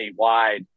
statewide